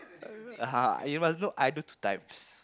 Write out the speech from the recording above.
(uh huh) you must know I do two times